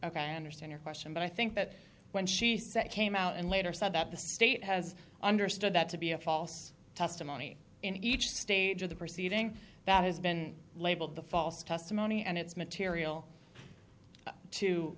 ok i understand your question but i think that when she said it came out and later said that the state has understood that to be a false testimony in each stage of the proceeding that has been labeled the false testimony and it's material to